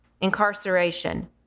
incarceration